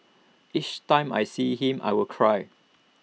each time I see him I will cry